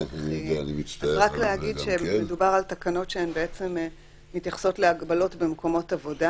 אז רק להגיד שמדובר על תקנות שמתייחסות להגבלות במקומות עבודה,